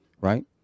right